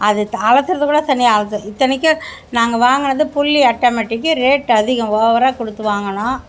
அது அலசுறது கூட தனியாக அலசாது இத்தனைக்கும் நாங்கள் வாங்கினது புல்லி ஆட்டோமேட்டிக் ரேட் அதிகம் ஓவராக கொடுத்து வாங்கினோம்